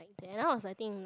like then I was I think in like